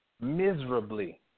Miserably